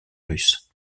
russes